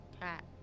Cat